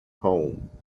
home